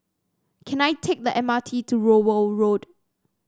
can I take the M R T to Rowell Road